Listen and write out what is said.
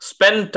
Spend